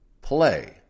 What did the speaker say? play